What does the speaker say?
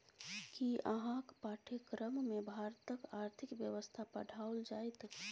कि अहाँक पाठ्यक्रममे भारतक आर्थिक व्यवस्था पढ़ाओल जाएत?